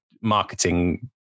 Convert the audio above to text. marketing